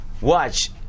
Watch